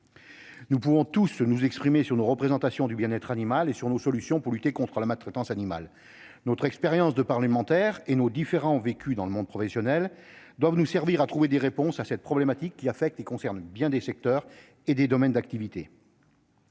Nous pouvons tous nous exprimer sur nos représentations du bien-être animal et débattre de nos solutions pour lutter contre la maltraitance animale. Notre expérience de parlementaires et nos différents vécus professionnels doivent nous servir à trouver des réponses à une problématique qui affecte et concerne bien des secteurs et des domaines d'activité.